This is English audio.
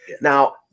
Now